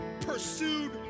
pursued